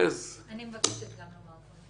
אני מבקשת גם לומר משהו.